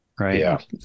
right